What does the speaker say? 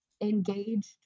engaged